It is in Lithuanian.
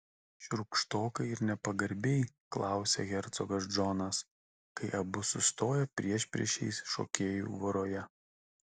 šiurkštokai ir nepagarbiai klausia hercogas džonas kai abu sustoja priešpriešiais šokėjų voroje